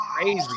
Crazy